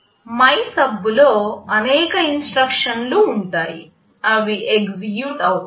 MYSUB లో అనేక ఇన్స్ట్రక్షన్లు ఉంటాయి అవి ఎగ్జిక్యూట్ అవుతాయి